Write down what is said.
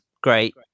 great